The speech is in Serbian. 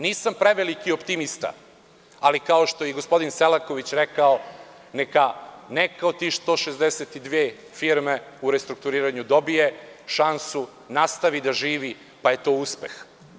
Nisam preveliki optimista, ali, kao što je i gospodin Selaković rekao, neka neka od tih 162 firme u restrukturiranju dobije šansu, nastavi da živi, pa je to uspeh.